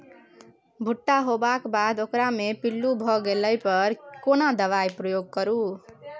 भूट्टा होबाक बाद ओकरा मे पील्लू भ गेला पर केना दबाई प्रयोग करू?